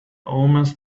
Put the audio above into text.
omens